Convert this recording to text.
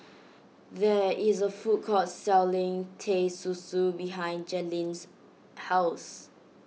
there is a food court selling Teh Susu behind Jalen's house